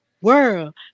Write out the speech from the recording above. World